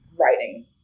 writing